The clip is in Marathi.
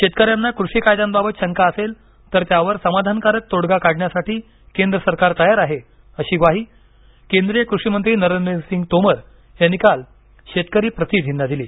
शेतकऱ्यांना कृषी कायद्यांबाबत शंका असेल तर त्यावर समाधानकारक तोडगा काढण्यासाठी केंद्र सरकार तयार आहे अशी ग्वाही केंद्रीय कृषी मंत्री नरेन्द्र सिंग तोमर यांनी काल शेतकरी प्रतिनिधींना दिली